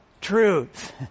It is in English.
Truth